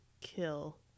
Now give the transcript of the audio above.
kill